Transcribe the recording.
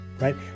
right